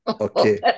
Okay